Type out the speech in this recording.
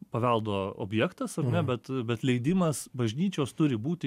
paveldo objektas ar ne bet bet leidimas bažnyčios turi būti